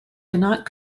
cannot